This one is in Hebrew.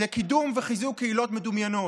קידום וחיזוק קהילות מדומיינות.